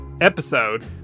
episode